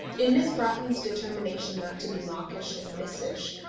in miss broughton's determination not to be mawkish and missish,